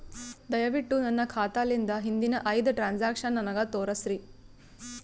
ದಯವಿಟ್ಟು ನನ್ನ ಖಾತಾಲಿಂದ ಹಿಂದಿನ ಐದ ಟ್ರಾಂಜಾಕ್ಷನ್ ನನಗ ತೋರಸ್ರಿ